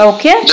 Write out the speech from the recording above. Okay